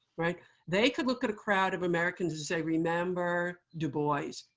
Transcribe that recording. like they could look at a crowd of americans and say, remember dubois.